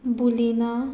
बुलीना